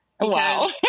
Wow